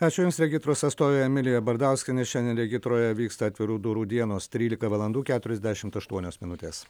ačiū jums regitros atstovė emilija bardauskienė šiandien regitroje vyksta atvirų durų dienos trylika valandų keturiasdešimt aštuonios minutės